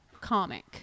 comic